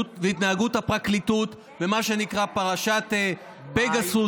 והתנהגות הפרקליטות במה שנקרא פרשת פגסוס,